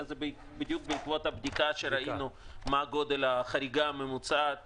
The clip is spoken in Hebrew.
זה בעקבות הבדיקה שראינו מה גודל החריגה הממוצעת